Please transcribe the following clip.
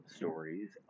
stories